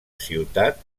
ciutat